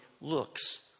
looks